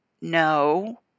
No